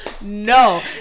no